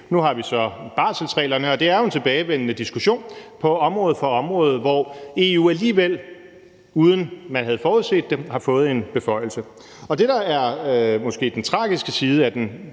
Nu har vi så barselsreglerne, og det er jo en tilbagevendende diskussion på område efter område, hvor EU alligevel, uden at man havde forudset det, har fået beføjelse. Det, der er den måske tragiske side af den